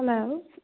hello